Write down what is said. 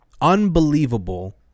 unbelievable